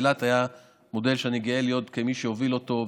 אילת הייתה מודל שאני גאה להיות מי שהוביל אותו.